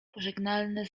pożegnalne